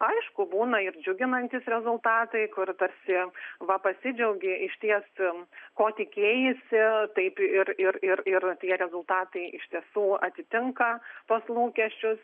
aišku būna ir džiuginantys rezultatai kur tarsi va pasidžiaugė išties ko tikėjaisi taip ir ir ir ir tie rezultatai iš tiesų atitinka tuos lūkesčius